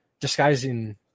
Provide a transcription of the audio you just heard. disguising